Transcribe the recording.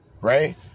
right